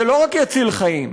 זה לא רק יציל חיים,